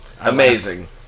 Amazing